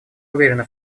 уверены